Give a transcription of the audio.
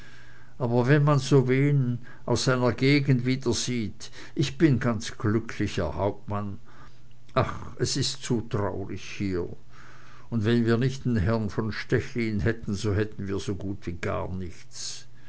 allee wenn man so wen aus seiner gegend wiedersieht ich bin ganz glücklich herr hauptmann ach es ist zu traurig hier und wenn wir nicht den herrn von stechlin hätten so hätten wir so gut wie gar nichts